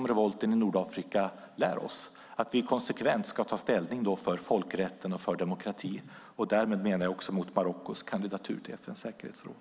Revolten i Nordafrika lär oss att vi konsekvent ska ta ställning för folkrätten och för demokratin - och därmed menar jag också mot Marockos kandidatur till FN:s säkerhetsråd.